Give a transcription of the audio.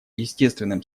естественным